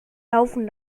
laufen